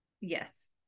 Yes